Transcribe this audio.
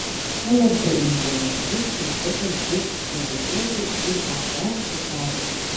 lrt įžvalgos rusija siekia diskredituoti iae uždarymą